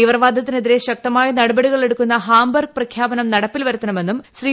തീവ്രവാദത്തിനെതിരെ ശക്തമായ നടപടികളെടുക്കുന്ന ഹാംബർഗ് പ്രഖ്യാപനം നടപ്പിൽ വരുത്തണമെന്നും ശ്രീ